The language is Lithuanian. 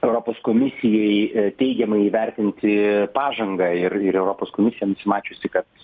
europos komisijai teigiamai įvertinti pažangą ir ir europos komisija nusimačiusi kad